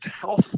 health